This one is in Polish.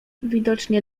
widocznie